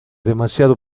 demasiado